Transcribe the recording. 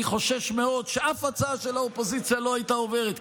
אני חושש מאוד שאף הצעה של האופוזיציה לא הייתה עוברת.